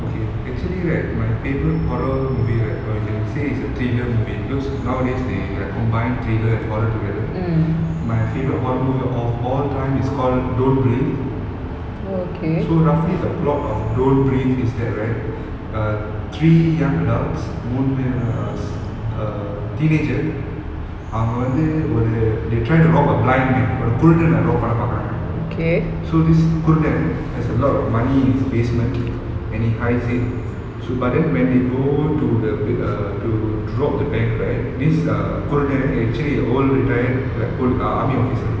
okay actually right my favourite horror movie right or you can say it's a thriller movie because nowadays they err combine thriller and horror together my favourite horror movie of all time is called don't breathe so roughly the plot of don't breathe is that right err three young adults மூணு:moonu err s~ err teenager அவங்க வந்து ஒரு:avanga vanthu oru they try to rob a blind man ஒரு குருடன்:oru kurudan rob பண்ண பார்க்குறாங்க:panna parkuraanga so this குருடன்:kurudan has a lot of money in his basement and he hides it so but then when they go to the b~ err to rob the bank right this err குருடன்:kurudan actually old retired err pol~ army officer